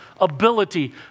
ability